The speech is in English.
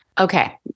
Okay